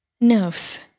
nerves